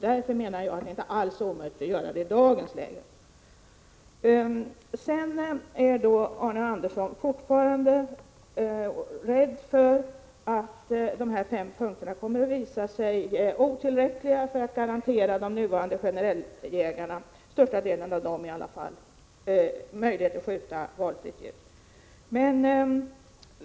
Därför menar jag att det inte alls är omöjligt att göra det i dag. Arne Andersson är fortfarande rädd för att de fem punkterna kommer att visa sig otillräckliga för att garantera de nuvarande ”generelljägarna” — i varje fall största delen av dem — möjlighet att skjuta valfritt djur.